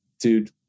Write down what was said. dude